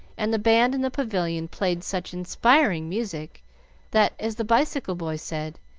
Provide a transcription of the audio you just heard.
and the band in the pavilion played such inspiring music that, as the bicycle boy said,